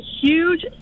huge